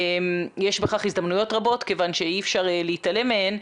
יש בכך הזדמנויות רבות כיוון שאי אפשר להתעלם מהם,